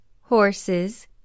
horses